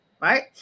Right